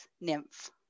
nymph